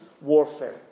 warfare